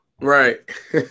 Right